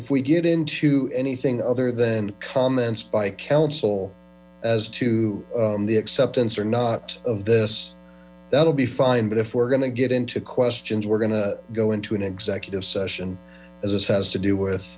if we get into anything other than comments by counsel as to the acceptance or not of this that'll be fine but if we're gonna get into questions we're gonna go into an executive session as this has to do with